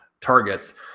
targets